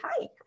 hi